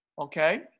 okay